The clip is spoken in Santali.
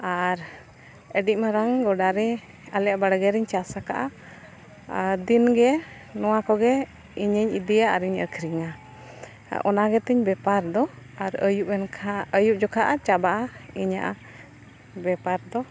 ᱟᱨ ᱟᱹᱰᱤ ᱢᱟᱨᱟᱝ ᱜᱚᱰᱟᱨᱮ ᱟᱞᱮᱭᱟᱜ ᱵᱟᱲᱜᱮ ᱨᱤᱧ ᱪᱟᱥ ᱟᱠᱟᱫᱼᱟ ᱟᱨ ᱫᱤᱱ ᱜᱮ ᱱᱚᱣᱟ ᱠᱚᱜᱮ ᱤᱧᱤᱧ ᱤᱫᱤᱭᱟ ᱟᱨᱤᱧ ᱟᱹᱠᱷᱨᱤᱧᱟ ᱚᱱᱟ ᱜᱮᱛᱤᱧ ᱵᱮᱯᱟᱨ ᱫᱚ ᱟᱨ ᱟᱹᱭᱩᱵ ᱮᱱ ᱠᱷᱟᱱ ᱟᱹᱭᱩᱵ ᱡᱚᱠᱷᱟᱜᱼᱟ ᱪᱟᱵᱟᱜᱼᱟ ᱤᱧᱟᱹᱜᱼᱟ ᱵᱮᱯᱟᱨ ᱫᱚ